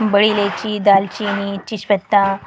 بڑی الائچی دال چینی تیز پتہ